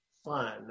fun